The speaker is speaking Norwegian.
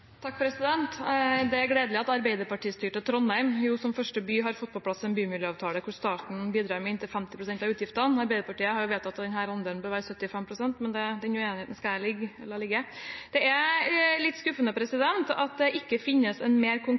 Det er gledelig at arbeiderpartistyrte Trondheim som første by har fått på plass en bymiljøavtale, hvor staten bidrar med inntil 50 pst. av utgiftene. Arbeiderpartiet har vedtatt at denne andelen bør være 75 pst., men den uenigheten skal jeg la ligge. Det er litt skuffende at det ikke finnes en mer